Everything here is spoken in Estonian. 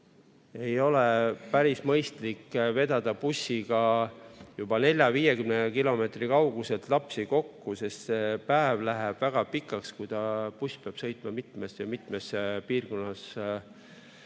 Ei ole päris mõistlik vedada bussiga 40–50 kilomeetri kauguselt lapsi kokku. Päev läheb väga pikaks, kui buss peab sõitma mitmest ja mitmest piirkonnast